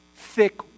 Thick